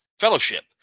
fellowship